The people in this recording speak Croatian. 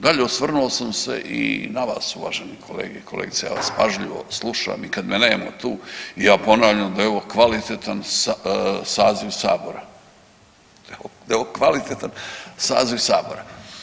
Dalje, osvrnuo sam se i na vas uvažene kolege i kolegice, ja vas pažljivo slušam i kad me nema tu i ja ponavljam da je ovo kvalitetan saziv sabora, kvalitetan saziv sabora.